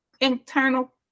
internal